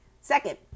Second